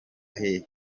hehe